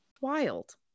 wild